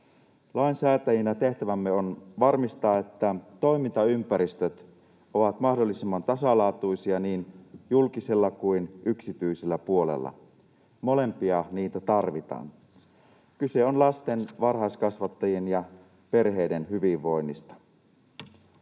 Lainsäätäjinä tehtävämme on varmistaa, että toimintaympäristöt ovat mahdollisimman tasalaatuisia niin julkisella kuin yksityisellä puolella. Molempia niitä tarvitaan: kyse on lasten, varhaiskasvattajien ja perheiden hyvinvoinnista.